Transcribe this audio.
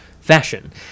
fashion